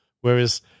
whereas